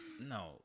No